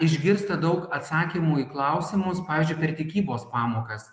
išgirsta daug atsakymų į klausimus pavyzdžiui per tikybos pamokas